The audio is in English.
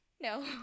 No